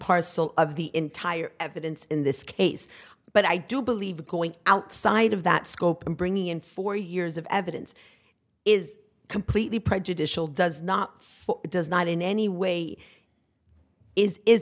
parcel of the entire evidence in this case but i do believe going outside of that scope and bringing in four years of evidence is completely prejudicial does not does not in any way is is